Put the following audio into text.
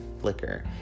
flicker